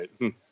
right